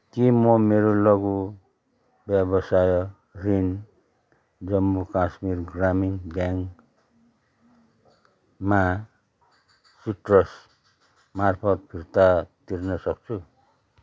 के म मेरो लघु व्यवसाय ऋण जम्मू काश्मीर ग्रामीण ब्याङ्कमा सिट्रस मार्फत फिर्ता तिर्न सक्छु